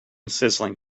sizzling